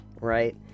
right